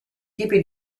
tipi